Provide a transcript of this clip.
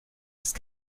ist